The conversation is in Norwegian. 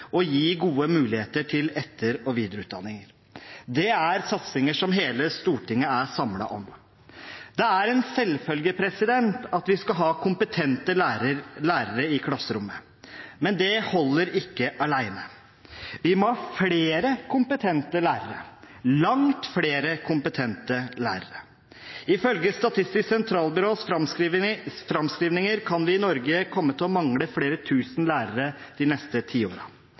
og gi gode muligheter for etter- og videreutdanning. Dette er satsinger som hele Stortinget er samlet om. Det er en selvfølge at vi skal ha kompetente lærere i klasserommet, men det holder ikke alene. Vi må ha flere kompetente lærere – langt flere kompetente lærere. Ifølge Statistisk sentralbyrås framskrivninger kan vi i Norge komme til å mangle flere tusen lærere de neste